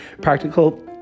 practical